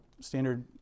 standard